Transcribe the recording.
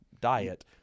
diet